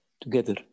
together